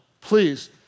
please